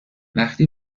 وقتی